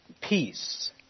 Peace